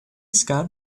scott